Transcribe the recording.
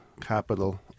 capital